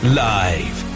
live